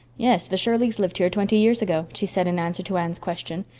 yes, the shirleys lived here twenty years ago, she said, in answer to anne's question.